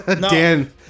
Dan